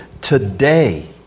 Today